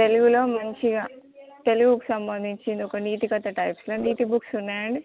తెలుగులో మంచిగా తెలుగుకు సంబందించింది ఒక నీతి కథ టైప్స్లో నీతి బుక్స్ ఉన్నయా అండి